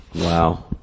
Wow